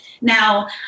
Now